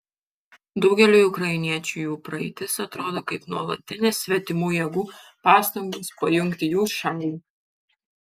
daugeliui ukrainiečių jų praeitis atrodo kaip nuolatinės svetimų jėgų pastangos pajungti jų šalį